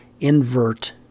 invert